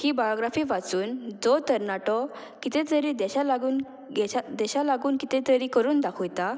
ही biography वाचून जो तरणाटो कितें तरी देशा लागून देशा देशा लागून कितें तरी करून दाखोयता